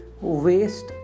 waste